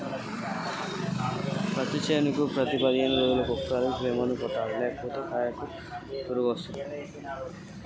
పత్తి కాయకు తెగుళ్లను నివారించడం ఎట్లా?